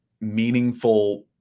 meaningful